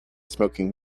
smoking